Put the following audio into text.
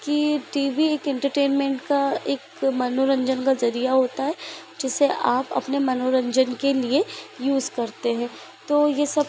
कि यह TV एक इंटरटेनमेंट का एक मनोरंजन का ज़रिया होता है जिसे आप अपने मनोरंजन के लिए यूज़ करते हैं तो यह सब